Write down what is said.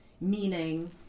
meaning